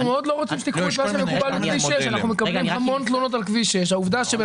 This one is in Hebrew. אנחנו מאוד לא רוצים שתיקחו את מה שמקובל בכביש 6. אנחנו מקבלים המון תלונות על כביש 6. העובדה שאדם